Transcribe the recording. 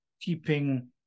keeping